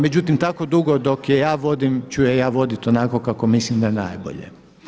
Međutim, tako dugo dok je ja vodim ću je ja voditi onako kako mislim da je najbolje.